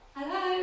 hello